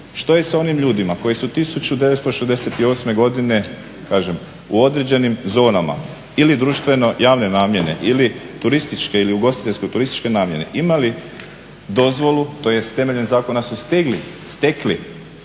što je s onim ljudima koji su 1968.godine kažem u određenim zonama ili društveno javne namjene ili turističke ili ugostiteljsko-turističke namjene imali dozvolu tj. temeljem zakona su stekli legalni